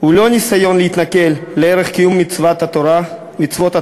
הוא לא ניסיון להתנכל לערך קיום מצוות התורה.